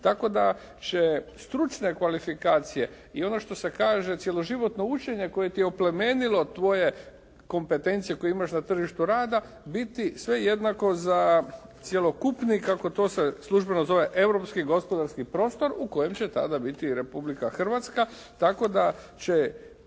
tako da će stručne kvalifikacije i ono što se kaže cjeloživotno učenje koje ti je oplemenilo tvoje kompetencije koje imaš na tržištu rada biti sve jednako za cjelokupni i kako to se službeno zove europski gospodarski prostor u kojem će tada biti Republika Hrvatska